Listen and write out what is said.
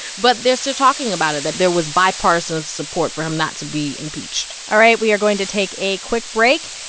but they're still talking about it that there was bipartisan support for him not to be impeached all right. we are going to take a quick break.